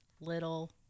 little